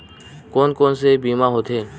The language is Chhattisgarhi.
कोन कोन से बीमा होथे?